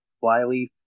Flyleaf